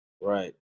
Right